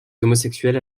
homosexuels